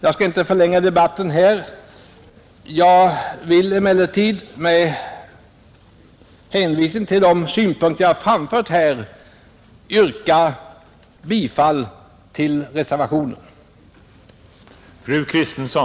Jag skall inte förlänga debatten, men jag vill — med hänvisning till de synpunkter jag har framfört — yrka bifall till reservationen.